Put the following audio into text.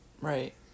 Right